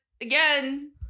again